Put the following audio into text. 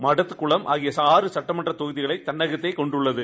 மடத்தக்குளம் ஆகிய ஆறு கட்டமன்ற தொகுதிகளை தன்னகத்தே கொண்டுள்ளது